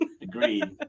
Agreed